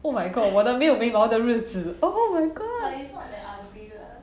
oh my god 我的没有眉毛的日子 oh my god